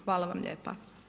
Hvala vam lijepa.